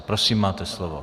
Prosím, máte slovo.